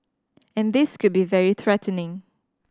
and this could be very threatening